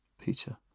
Peter